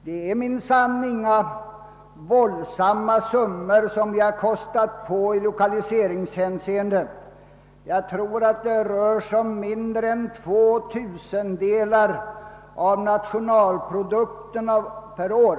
Det är minsann inga våldsamma summor som vi har kostat på oss i lokaliseringshänseende. Det rör sig om mindre än två tusendelar av nationalprodukten per år.